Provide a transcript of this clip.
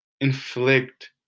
inflict